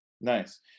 Nice